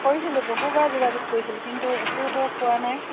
কৰিছিলোঁ বহুবাৰ যোগাযোগ কৰিছিলোঁ কিন্তু একোতো পোৱা নাই